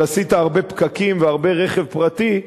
אבל עשית הרבה פקקים והרבה רכב פרטי,